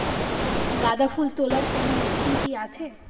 গাঁদাফুল তোলার কোন মেশিন কি আছে?